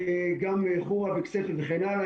גם חורה וכסייפה וכן הלאה,